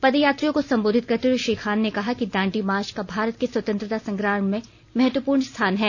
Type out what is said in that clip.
पदयात्रियों को संबोधित करते हुए श्री खान ने कहा कि दांडी मार्च का भारत के स्वतंत्रता संग्राम में महत्वपूर्ण स्थान है